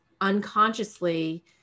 unconsciously